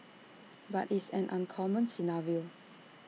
but it's an uncommon scenario